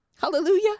Hallelujah